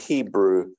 Hebrew